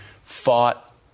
fought